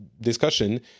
discussion